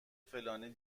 فلانی